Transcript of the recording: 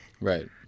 Right